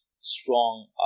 strong